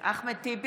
נגד אחמד טיבי,